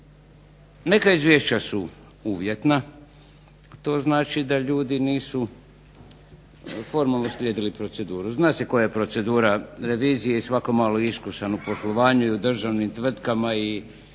Neka izvješća su uvjetna, to znači da ljudi nisu formalno slijedili proceduru. Zna se koja je procedura revizije i svatko malo iskusan u poslovanju i u državnim tvrtkama i